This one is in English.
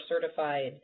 certified